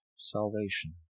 Salvation